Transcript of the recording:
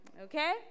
Okay